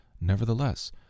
nevertheless